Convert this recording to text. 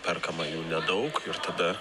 perkama jų nedaug ir tada